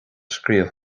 scríobh